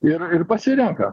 ir ir pasirenka